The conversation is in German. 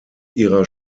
ihrer